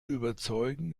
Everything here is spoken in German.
überzeugen